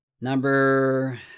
number